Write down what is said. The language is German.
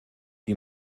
die